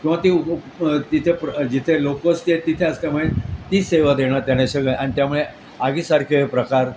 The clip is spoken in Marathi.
किंवा ती उ तिथे जिथे लोकवस्ती आहे तिथे असल्यामुळे तीच सेवा देणात येमार आणि त्यामुळे आगीसारखे प्रकार